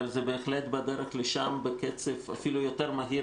אבל זה בהחלט בדרך לשם בקצב אפילו מהיר